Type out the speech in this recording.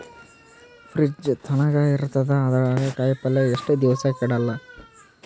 Fridge ತಣಗ ಇರತದ, ಅದರಾಗ ಕಾಯಿಪಲ್ಯ ಎಷ್ಟ ದಿವ್ಸ ಕೆಡಲ್ಲ?